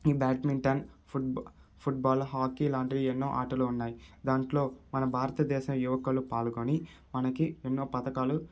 ఈ బ్యాడ్మింటన్ ఫు football football hockey లాంటివి ఎన్నో ఆటలు ఉన్నాయి దాంట్లో మన భారతదేశ యువకులు పాల్గొని మనకి ఎన్నో పథకాలు